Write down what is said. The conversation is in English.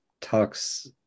talks